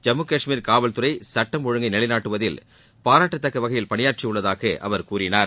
ஜம்மு காஷ்மீர் காவல்துறை சட்டம் ஒழுங்கை நிலைநாட்டுவதில் பாராட்டத்தக்க வகையில் பணியாற்றி உள்ளதாக அவர் கூறினார்